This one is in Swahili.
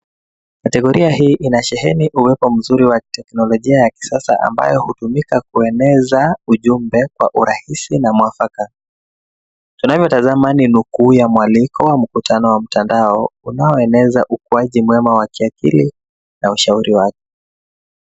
Kategoria hii inasheeheni uwepo mzuri wa teknolojia ya kisasa ambayo hutumika kueneza ujumbe kwa urahisi na mwafaka. Tunavyotazama ni nukuhu ya mwaliko wa mkutano wa mtandao unaoeneza ukuaji mwema wa kiakili na ushauri wake.